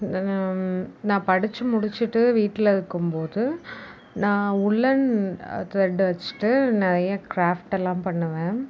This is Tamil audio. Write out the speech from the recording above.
நான் படிச்சு முடிச்சிவிட்டு வீட்டில் இருக்கும் போது நான் உள்ளன் த்ரெட்டை வச்சிட்டு நிறைய கிராப்ட்டெல்லாம் பண்ணுவேன்